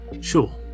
Sure